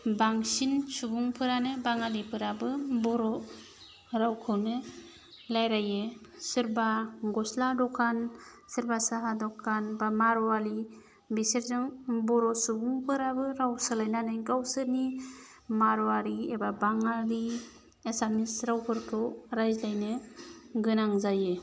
बांसिन सुबुंफोरानो बेंगलिफोराबो बर' रावखौनो रायज्लायो सोरबा गस्ला दखान सोरबा साहा दखान बा मार'वारि बिसोरजों बर' सुबुंफोराबो राव सोलायनानै गावसोरनि मार'वारि एबा बेंगलि एसामिस रावफोरखौ रायज्लायनो गोनां जायो